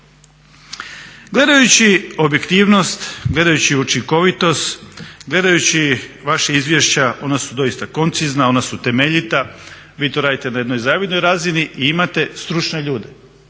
Gledajući objektivnost, gledajući učinkovitost, gledajući vaša izvješća ona su doista koncizna, ona su temeljita, vi to radite na jednoj zavidnoj razini i imate stručne ljude.